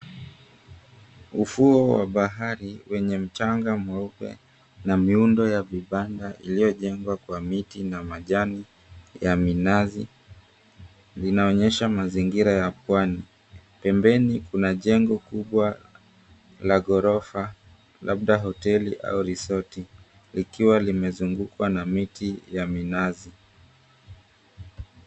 Ufuo wa bahari wenye mchanga mweupe na miundo ya vibanda iliyojengwa kwa miti na majani ya minazi. Zinaonyesha mazingira ya pwani. Pembeni kuna jengo kubwa la ghorofa labda hoteli au resorti likiwa limezungukwa na miti ya minazi.